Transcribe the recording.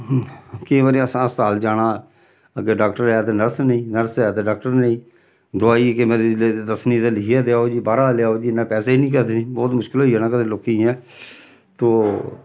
केईं बारी असें अस्पताल जाना अग्गें डाक्टर ऐ ते नर्स नेईं नर्स ऐ ते डाक्टर नेईं दोआई केईं बारी दस्सनी ते लिखियै देआओ जी बाह्रा लेआओ जी इन्ना पैसे निं करनी बहुत मुश्कल होई जाना कदें लोकें गी ऐं तो